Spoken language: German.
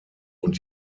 und